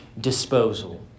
disposal